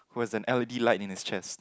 who has an L_E_D light in his chest